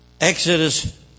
Exodus